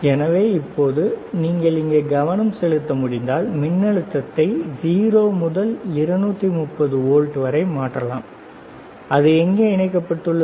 எனவே இப்போது நீங்கள் இங்கே கவனம் செலுத்த முடிந்தால் மின்னழுத்தத்தை 0 முதல் 230 வோல்ட் வரை மாற்றலாம் அது எங்கே இணைக்கப்பட்டுள்ளது